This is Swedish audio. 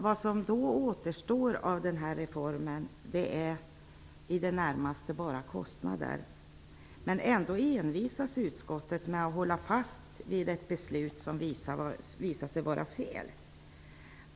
Vad som återstår av reformen är i det närmaste bara kostnader, men ändå envisas utskottet med att hålla fast vid ett beslut som visat sig vara felaktigt.